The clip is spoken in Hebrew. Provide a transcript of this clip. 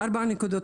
ארבע נקודות.